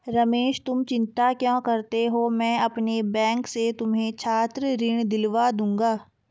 रमेश तुम चिंता क्यों करते हो मैं अपने बैंक से तुम्हें छात्र ऋण दिलवा दूंगा